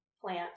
plant